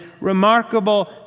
remarkable